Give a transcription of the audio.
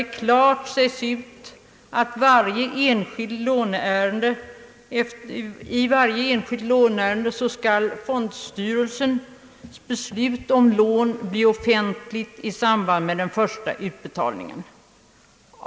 Det sägs nämligen klart ut att i varje enskilt låneärende skall fondstyrelsens beslut om lån bli offentligt i sambad med den första utbetalningen.